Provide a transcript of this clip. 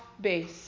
base